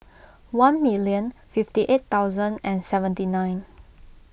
one million fifty eight thousand and seventy nine